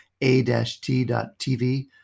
a-t.tv